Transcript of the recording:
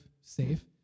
safe